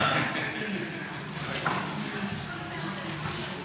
טוב, אנחנו נעשה כדלקמן: